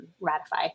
ratify